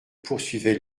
poursuivait